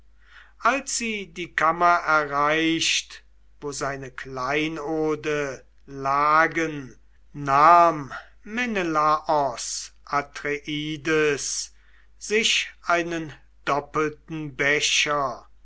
als sie die kammer erreicht wo seine kleinode lagen nahm menelaos atreides sich einen doppelten becher